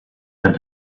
had